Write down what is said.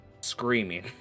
screaming